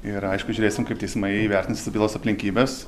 ir aišku žiūrėsim kaip teismai įvertins visas bylos aplinkybes